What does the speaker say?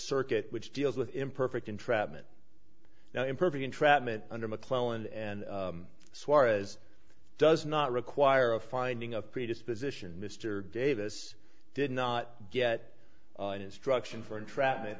circuit which deals with imperfect entrapment now imperfect entrapment under mcclellan and suarez does not require a finding of predisposition mr davis did not get an instruction for entrapment